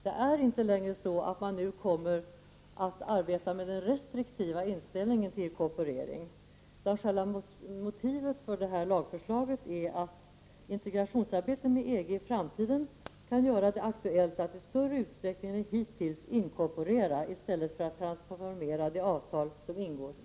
Man säger där att man nu inte längre kommer att arbeta med den restriktiva inställningen till frågan om en inkorporering, utan själva motivet för lagförslaget är att det vad gäller ”integrationsarbetet med EG i framtiden kan bli aktuellt att i större utsträckning än hittills inkorporera i stället för att transformera de avtal som ingås med EG”.